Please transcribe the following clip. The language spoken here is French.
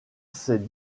ses